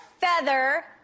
feather